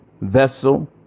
vessel